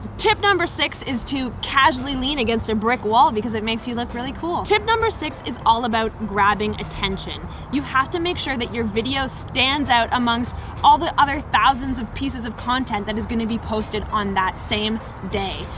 tip number six is to casually lean against a brick wall because it makes you look really cool. tip number six is all about grabbing attention. you have to make sure that your video stands out amongst all the other thousands of pieces of content that is gonna be posted on that same day.